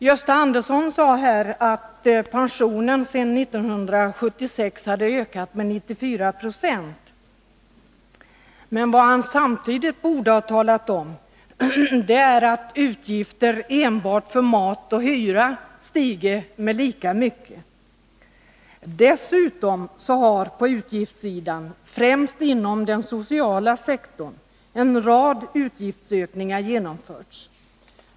Gösta Andersson sade här att pensionen sedan 1976 hade ökat med 94 96. Men vad han samtidigt borde ha talat om är att utgifter enbart för mat och hyra stiger lika mycket. Dessutom har på utgiftssidan, främst inom den sociala sektorn, en rad utgiftsökningar genomförts.